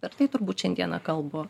per tai turbūt šiandieną kalbu